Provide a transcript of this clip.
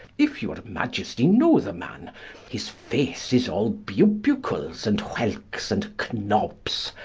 if your maiestie know the man his face is all bubukles and whelkes, and knobs,